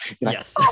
Yes